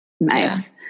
Nice